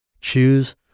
choose